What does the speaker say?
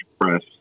press